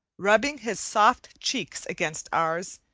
rubbing his soft cheeks against ours,